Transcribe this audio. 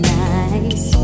nice